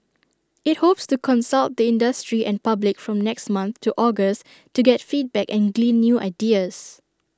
IT hopes to consult the industry and public from next month to August to get feedback and glean new ideas